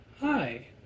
hi